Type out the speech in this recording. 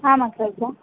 आम् अग्रज